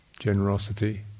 generosity